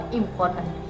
important